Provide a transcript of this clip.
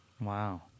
Wow